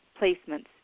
placements